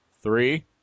Three